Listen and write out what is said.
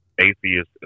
Atheist